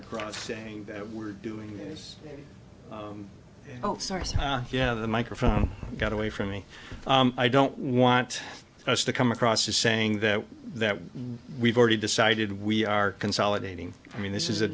across saying that we're doing this oh yeah the microphone got away from me i don't want to come across as saying that that we've already decided we are consolidating i mean this is a